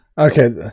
Okay